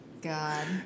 God